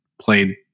played